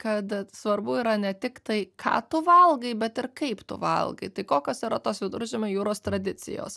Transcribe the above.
kad svarbu yra ne tik tai ką tu valgai bet ir kaip tu valgai tai kokios yra tos viduržemio jūros tradicijos